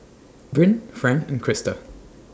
Bryn Fran and Crysta